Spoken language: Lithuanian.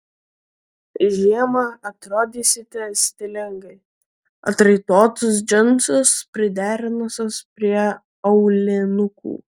žiemą atrodysite stilingai atraitotus džinsus priderinusios prie aulinukų